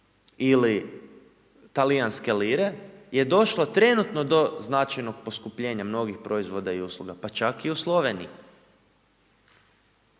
ili talijanske lire je došlo trenutno do značajnog poskupljenja mnogih proizvoda i usluga, pa čak i u Sloveniji.